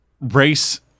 race